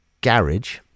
garage